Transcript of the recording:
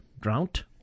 drowned